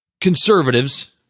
conservatives